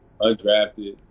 undrafted